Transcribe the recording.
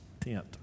tent